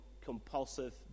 Compulsive